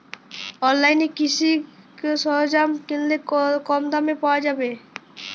অনলাইনে কৃষিজ সরজ্ঞাম কিনলে কি কমদামে পাওয়া যাবে?